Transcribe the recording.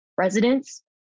residents